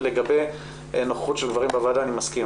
ולגבי נוכחות של גברים בוועדה, אני מסכים.